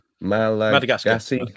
Madagascar